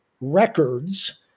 records